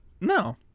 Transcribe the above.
No